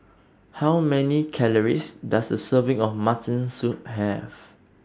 How Many Calories Does A Serving of Mutton Soup Have